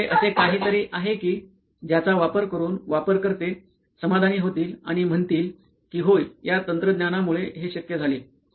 हे असे काहीतरी आहे कि ज्याचा वापर करून वापरकर्ते समाधानी होतील आणि म्हणतील कि होय या तंत्रज्ञानकमुळे हे शक्य झाले